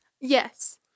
Yes